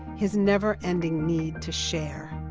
his never-ending need to share.